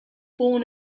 born